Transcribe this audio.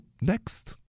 next